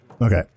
Okay